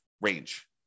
range